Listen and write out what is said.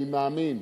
אני מאמין,